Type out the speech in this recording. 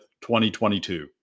2022